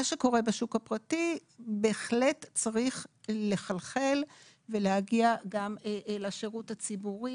מה שקורה בשוק הפרטי בהחלט צריך לחלחל ולהגיע גם אל השירות הציבורי.